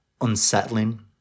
unsettling